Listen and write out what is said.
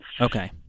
Okay